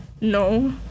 no